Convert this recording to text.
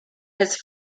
his